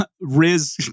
Riz